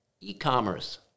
E-commerce